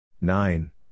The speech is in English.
nine